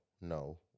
no